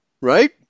right